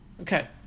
Okay